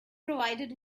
provided